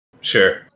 Sure